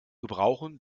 gebrauchen